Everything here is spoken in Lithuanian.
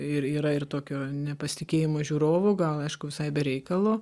ir yra ir tokio nepasitikėjimo žiūrovu gal aišku visai be reikalo